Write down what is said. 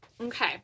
Okay